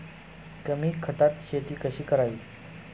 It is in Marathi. कमी खतात शेती कशी करावी?